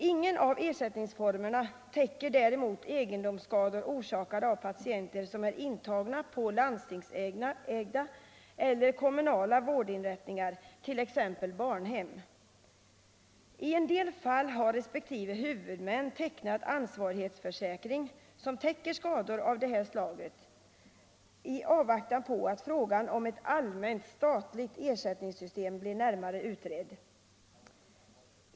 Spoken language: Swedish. Ingen av ersättningsformerna täcker däremot egendomsskador orsakade av patienter som är intagna på landstingsägda eller kommunala vårdinrättningar, t.ex. barnhem. I en del fall har resp. huvudmän tecknat ansvarighetsförsäkring, som täcker skador av detta slag i avvaktan på att frågan om ett allmänt statligt ersättningssystem blir närmare utredd.